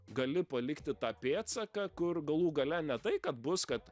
gali palikti tą pėdsaką kur galų gale ne tai kad bus kad